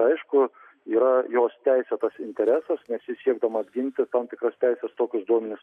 aišku yra jos teisėtas interesas nes jis siekdamas ginti tam tikras teises tokius duomenis